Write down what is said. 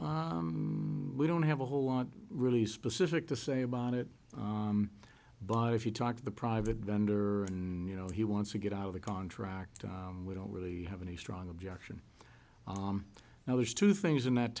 we don't have a whole lot really specific to say about it but if you talk to the private vendor and you know he wants to get out of the contract we don't really have any strong objection now there's two things in that